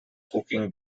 cooking